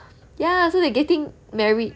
ya so they're getting married